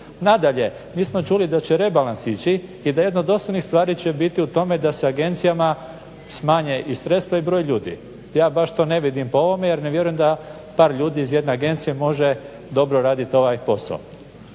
Nadalje, mi smo čuli da će rebalans ići i da jedna od osnovnih stvari će biti u tome da se agencijama smanje i sredstva i broj ljudi. Ja baš to ne vidim po ovome jer ne vjerujem da par ljudi iz jedne agencije može dobro radit ovaj posao,